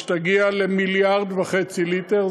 שתגיע למיליארד וחצי ליטר,